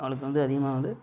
அவளுக்கு வந்து அதிகமாக வந்து